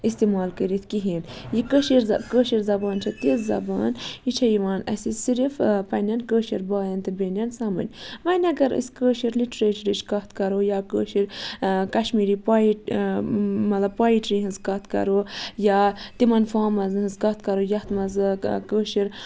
استعمال کٔرِتھ کِہیٖنۍ یہِ کٔشیٖر کٲشِر زبان چھےٚ تِژھ زبان یہِ چھےٚ یِوان اَسہِ صِرف پنٛنٮ۪ن کٲشِر بایَن تہِ بیٚنٮ۪ن سمٕجھ وۄنۍ اگر أسۍ کٲشِر لِٹرٛیچرٕچ کَتھ کَرو یا کٲشِر کَشمیٖری پویِٹ مطلب پویٹرٛی ہِنٛز کَتھ کَرو یا تِمَن فارمَن ہٕنٛز کَتھ کَرو یَتھ منٛزٕ کہٕ کٲشِر